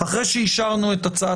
במקום